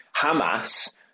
Hamas